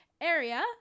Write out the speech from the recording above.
area